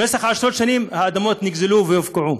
במשך עשרות שנים האדמות נגזלו והופקעו.